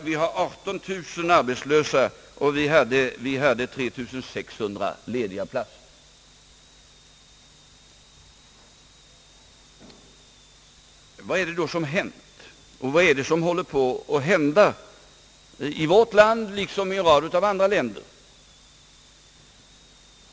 Vi har 18 000 arbetslösa och 3 600 lediga platser. Vad är det då som har hänt och vad är det som håller på att hända i vårt land liksom i en rad andra länder?